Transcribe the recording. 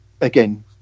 again